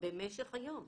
במשך היום.